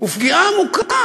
ופגיעה עמוקה